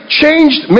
changed